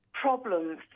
problems